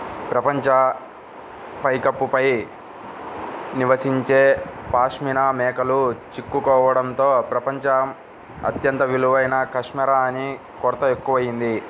ప్రపంచ పైకప్పు పై నివసించే పాష్మినా మేకలు చిక్కుకోవడంతో ప్రపంచం అత్యంత విలువైన కష్మెరె ఉన్ని కొరత ఎక్కువయింది